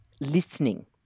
listening